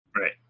Right